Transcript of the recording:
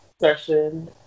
session